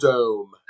Dome